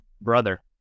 brother